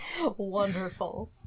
wonderful